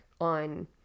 on